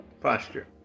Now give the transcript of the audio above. posture